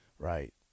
Right